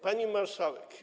Pani Marszałek!